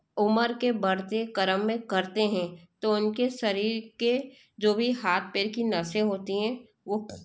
उम्र के बढ़ते क्रम में करते हैं तो उनके शरीर के जो भी हाथ पैर की नसें होती है वह